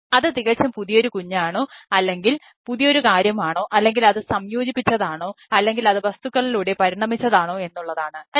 അത് തികച്ചും പുതിയൊരു കുഞ്ഞ് ആണോ അല്ലെങ്കിൽ പുതിയൊരു കാര്യം ആണോ അല്ലെങ്കിൽ അത് സംയോജിപ്പിച്ചതാണോ അല്ലെങ്കിൽ അത് വസ്തുക്കളിലൂടെ പരിണമിചതാണോ എന്നുള്ളതാണ് അല്ലേ